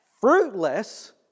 fruitless